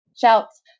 shouts